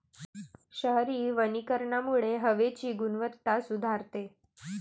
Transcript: शहरी वनीकरणामुळे हवेची गुणवत्ता सुधारते